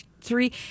three